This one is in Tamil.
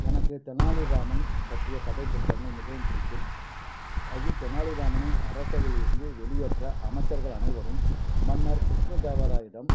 எனக்கு தெனாலிராமன் பற்றிய கதைப் புத்தகங்கள் மிகவும் பிடிக்கும் அது தெனாலிராமனை அரசவையில் இருந்து வெளியேற்ற அமைச்சர்கள் அனைவரும் மன்னர் கிருஷ்ண தேவராயரிடம்